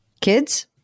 kids